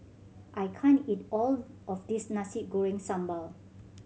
I can't eat all of this Nasi Goreng Sambal